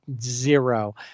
zero